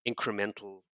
incremental